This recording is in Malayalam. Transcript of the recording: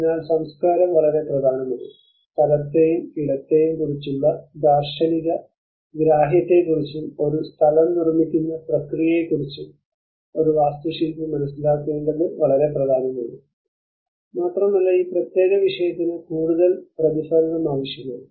അതിനാൽ സംസ്കാരം വളരെ പ്രധാനമാണ് സ്ഥലത്തെയും ഇടത്തെയും കുറിച്ചുള്ള ദാർശനിക ഗ്രാഹ്യത്തെക്കുറിച്ചും ഒരു സ്ഥലം നിർമ്മിക്കുന്ന പ്രക്രിയയെക്കുറിച്ചും ഒരു വാസ്തുശില്പി മനസ്സിലാക്കേണ്ടത് വളരെ പ്രധാനമാണ് മാത്രമല്ല ഈ പ്രത്യേക വിഷയത്തിന് കൂടുതൽ പ്രതിഫലനം ആവശ്യമാണ്